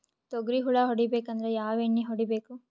ತೊಗ್ರಿ ಹುಳ ಹೊಡಿಬೇಕಂದ್ರ ಯಾವ್ ಎಣ್ಣಿ ಹೊಡಿಬೇಕು?